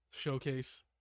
showcase